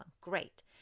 Great